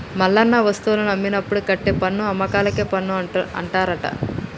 మల్లన్న వస్తువులను అమ్మినప్పుడు కట్టే పన్నును అమ్మకేల పన్ను అంటారట